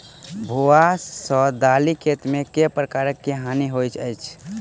भुआ सँ दालि खेती मे केँ प्रकार केँ हानि होइ अछि?